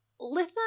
Litha